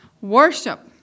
worship